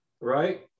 right